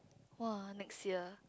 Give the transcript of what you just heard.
!wah! next year